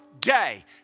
day